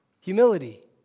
Humility